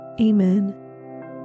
Amen